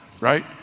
right